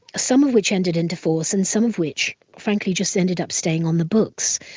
some of which ended into force and some of which frankly, just ended up staying on the books.